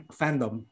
fandom